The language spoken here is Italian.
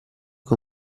che